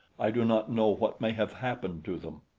i do not know what may have happened to them.